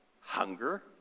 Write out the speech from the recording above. hunger